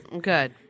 good